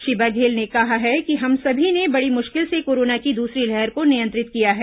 श्री बघेल ने कहा है कि हम सभी ने बड़ी मुश्किल से कोरोना की दूसरी लहर को नियंत्रित किया है